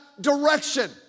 direction